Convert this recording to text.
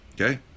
Okay